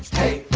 hey.